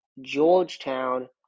Georgetown